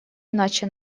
иначе